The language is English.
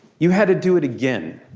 you had to do it again.